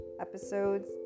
Episodes